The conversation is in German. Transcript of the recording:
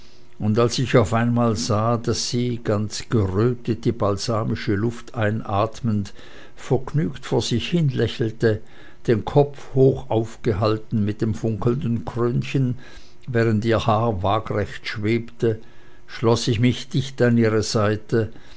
und als ich auf einmal sah daß sie ganz gerötet die balsamische luft einatmend vergnügt vor sich hin lächelte den kopf hoch aufgehalten mit dem funkelnden krönchen während ihr haar waagrecht schwebte schloß ich mich dicht an ihre seite